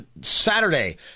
Saturday